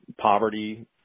poverty